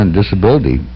disability